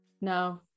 No